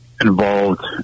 involved